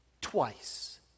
Twice